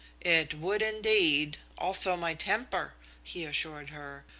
it would indeed, also my temper, he assured her.